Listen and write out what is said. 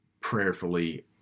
prayerfully